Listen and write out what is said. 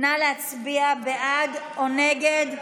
נא להצביע בעד או נגד.